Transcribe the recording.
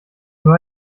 nur